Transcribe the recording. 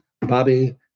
Bobby